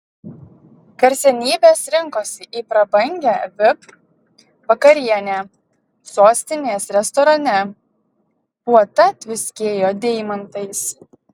garsenybės rinkosi į prabangią vip vakarienę sostinės restorane puota tviskėjo deimantais